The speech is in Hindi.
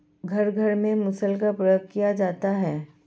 घर घर में मुसल का प्रयोग किया जाता है